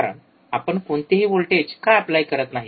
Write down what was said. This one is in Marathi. कारण आपण कोणतेही व्होल्टेज का ऎप्लाय करत नाही